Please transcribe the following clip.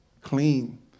clean